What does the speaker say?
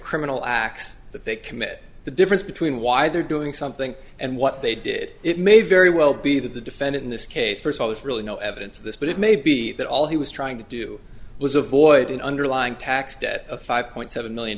criminal acts that they commit the difference between why they're doing something and what they did it may very well be that the defendant in this case first of all is really no evidence of this but it may be that all he was trying to do was avoid an underlying tax debt of five point seven million